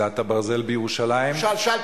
במהלך הדיונים שקיימה